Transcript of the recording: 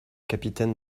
capitaine